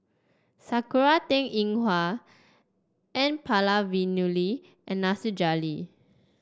Sakura Teng Ying Hua N Palanivelu and Nasir Jalil